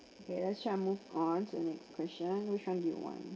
okay let's try move on to the next question which one do you want